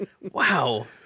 Wow